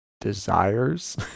desires